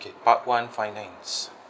K part one finance